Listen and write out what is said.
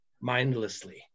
mindlessly